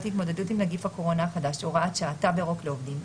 להתמודדות עם נגיף הקורונה החדש (הוראת שעה) (תו ירוק לעובדים),